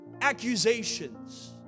accusations